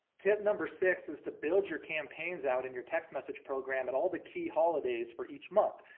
tip number six is to build your campaigns out in your text message program at all the key holidays for each month.